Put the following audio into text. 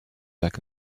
back